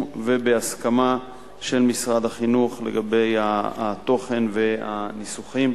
ובהסכמה של משרד החינוך לגבי התוכן והניסוחים,